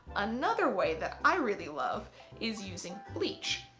another way that i really love is using bleach.